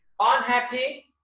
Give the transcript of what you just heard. unhappy